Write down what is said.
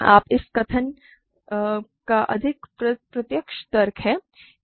यह इस कथन का अधिक प्रत्यक्ष तर्क है